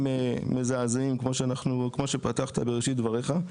מזעזעים כמו שפתחת בראשית דבריך,